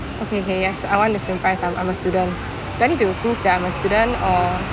okay okay yes I want the student price I'm I'm a student do I need to prove that I'm a student or